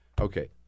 Okay